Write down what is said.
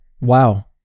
wow